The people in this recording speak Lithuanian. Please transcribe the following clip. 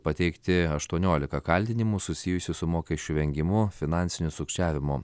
pateikti aštuoniolika kaltinimų susijusių su mokesčių vengimu finansiniu sukčiavimu